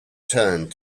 turned